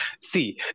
See